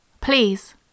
Please